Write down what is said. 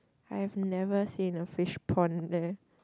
I have never said the fish pond there